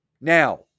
Now